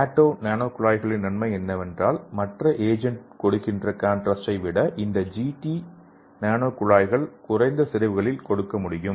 கடோ நானோகுழாய்களின் நன்மை என்னவென்றால் மற்ற ஏஜென்ட் கொடுக்கின்ற காண்ட்ராஸ்டை இந்த ஜிடி நானோ குழாய்கள் குறைந்த செறிவுகளில் கொடுக்க முடியும்